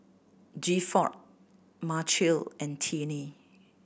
Gifford Machelle and Tinnie